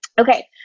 Okay